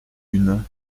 une